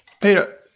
Peter